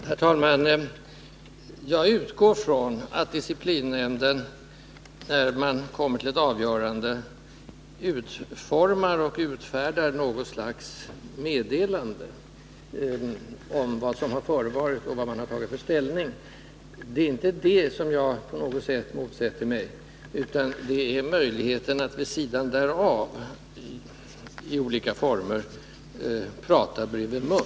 Herr talman! Jag utgår från att disciplinnämnden, när den kommer till ett avgörande, utformar och utfärdar något slags meddelande om vad som förevarit och om vad man tagit för ställning. Det är inte det som jag på något sätt motsätter mig, utan det är möjligheten att vid sidan därav i olika former prata bredvid mun.